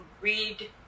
read